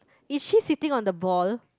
is she sitting on the ball